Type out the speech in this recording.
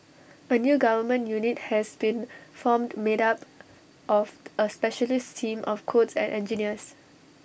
A new government unit has been formed made up of A specialist team of codes and engineers